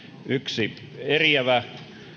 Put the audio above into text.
yksi eriävä